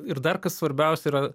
ir dar kas svarbiausia yra